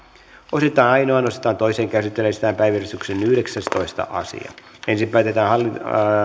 osittain ainoaan osittain toiseen käsittelyyn esitellään päiväjärjestyksen yhdeksästoista asia ensin päätetään